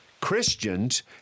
Christians